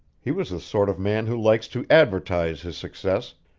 he was the sort of man who likes to advertise his success,